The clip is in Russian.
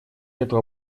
этого